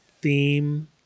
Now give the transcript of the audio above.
theme